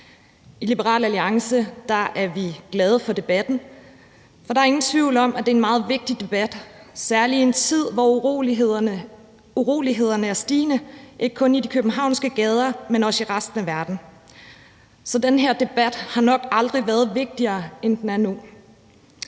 I Liberal Alliance er vi glade for debatten, for der er ingen tvivl om, at det er en meget vigtig debat, særlig i en tid, hvor urolighederne er stigende, ikke kun i de københavnske gader, men også i resten af verden. Så den her debat har nok aldrig været vigtigere, end den er nu.